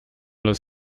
los